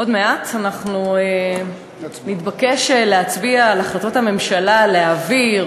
עוד מעט אנחנו נתבקש להצביע על החלטות הממשלה להעביר,